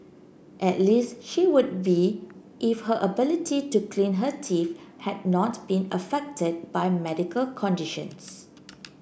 at least she would be if her ability to clean her teeth had not been affected by medical conditions